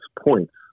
points